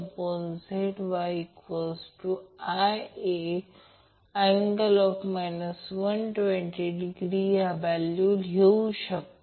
त्याचप्रमाणे इतर दोनसाठी k v l लागू करू शकता